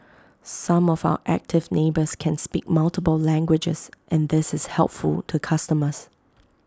some of our active neighbours can speak multiple languages and this is helpful to customers